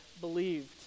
believed